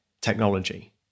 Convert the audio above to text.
technology